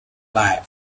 life